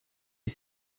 est